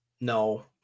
no